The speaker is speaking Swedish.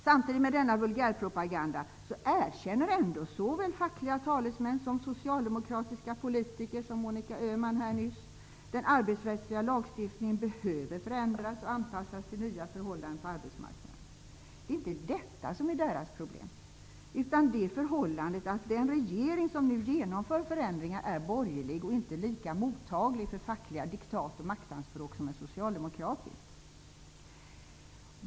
Samtidigt med denna vulgärpropaganda erkänner ändå såväl fackliga talesmän som socialdemokratiska politiker -- som Monica Öhman nyss -- att den arbetsrättsliga lagstiftningen behöver förändras och anpassas till nya förhållanden på arbetsmarknaden. Det är inte detta som är deras problem, utan problemet är att den regering som nu genomför förändringar är borgerlig och inte lika mottaglig för fackliga diktat och maktanspråk som en socialdemokratisk.